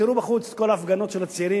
תראו בחוץ את כל ההפגנות של הצעירים,